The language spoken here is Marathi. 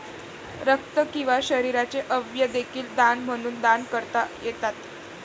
रक्त किंवा शरीराचे अवयव देखील दान म्हणून दान करता येतात